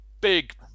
big